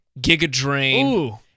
giga-drain